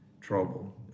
trouble